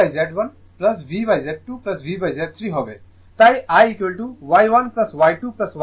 সুতরাং এটি VZ1 VZ2 VZ3 হবে তাই IY1 Y2 Y3 V